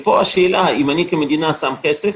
פה השאלה היא האם אני כמדינה שם כסף,